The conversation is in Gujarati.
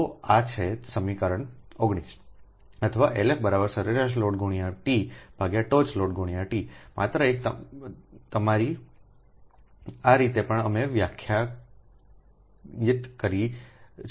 તો આ છે સમીકરણ 19 અથવાLF સરેરાશ લોડ×T ટોચ લોડ×T માત્ર એક તમારી આ રીતે પણ અમે વ્યાખ્યાયિત કરી શકીએ છીએ